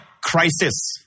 crisis